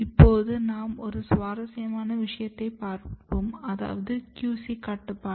இப்போது நாம் ஒரு ஸ்வாரஸ்யமான விஷயத்தை பாப்போம் அதாவது QC கட்டுப்பாடு